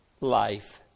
life